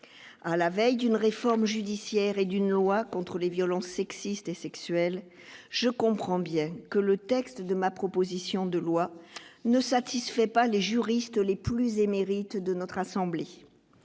à la veille d'une réforme judiciaire et d'une loi contre les violences sexistes et sexuelles, je comprends bien que le texte de ma proposition de loi ne satisfait pas les juristes les plus émérites de notre assemblée,